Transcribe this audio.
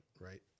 right